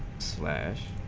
slash